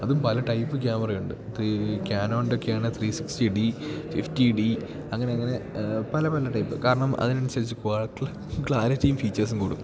അതും പല ടൈപ്പ് ക്യാമറയുണ്ട് ക്യാനോണിൻ്റെ കേണൽ three sixty D fifty D അങ്ങനെ അങ്ങനെ പല പല ടൈപ്പ് കാരണം അതിനനുസരിച്ച് ക്വാളിറ്റിയും ക്ലാരിറ്റിയും ഫീച്ചേഴ്സും കൂടും